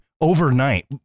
overnight